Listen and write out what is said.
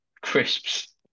crisps